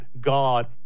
God